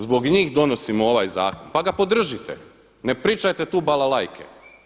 Zbog njih donosimo ovaj zakon pa ga podržite, ne pričajte tu balalajke.